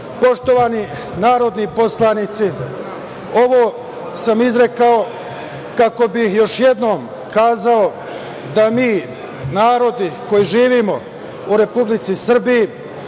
poglavlja. Poštovani narodni poslanici, ovo sam izrekao kako bih još jednom kazao da mi narodi koji živimo u Republici Srbiji,